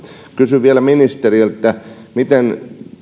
kysyn vielä ministeriltä miten